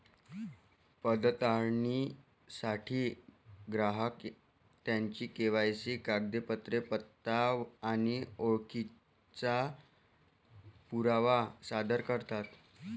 पडताळणीसाठी ग्राहक त्यांची के.वाय.सी कागदपत्रे, पत्ता आणि ओळखीचा पुरावा सादर करतात